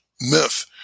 myth